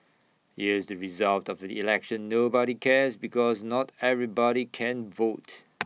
here's the result of the election nobody cares because not everybody can vote